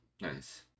nice